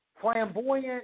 flamboyant